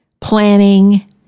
planning